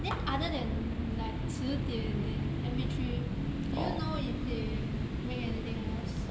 then other than like 词典 and M_P three do you know if they make anything else